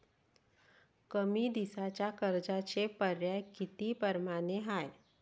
कमी दिसाच्या कर्जाचे पर्याय किती परमाने हाय?